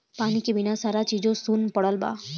पानी के बिना सारा चीजे सुन परल बा